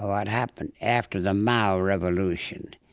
what happened after the mao revolution.